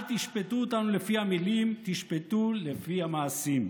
אל תשפטו אותנו לפי המילים, תשפטו לפי המעשים.